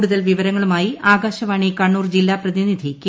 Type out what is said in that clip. കൂടുതൽ വിവിരങ്ങളുമായി ആകാശവാണി കണ്ണൂർ ജില്ലാ പ്രതിനിധി കെ